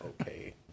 okay